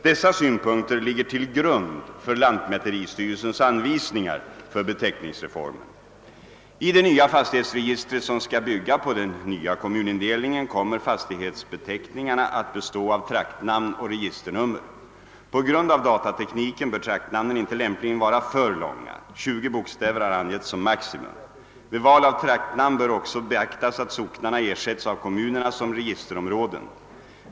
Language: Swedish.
Dessa synpunkter ligger till grund för lantmäteristyrelsens anvisningar för beteckningsreformen. I det nya fastighetsregistret, som skall bygga på den nya kommunindelningen, kommer =<fastighetsbeteckningarna att bestå av traktnamn och registernummer. På grund av datatekniken bör traktnamnen inte lämpligen vara för långa; 20 bokstäver har angetts som maximum. Vid val av traktnamn bör också beaktas att socknarna ersätts av kommunerna som registerområden.